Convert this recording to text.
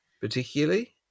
particularly